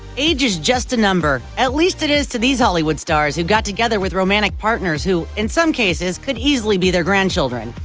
age is just a number! at least it is to these hollywood stars, who got together with romantic partners who, in some cases, could easily be their grandchildren.